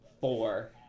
four